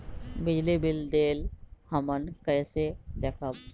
बिजली बिल देल हमन कईसे देखब?